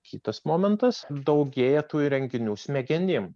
kitas momentas daugėja tų įrenginių smegenim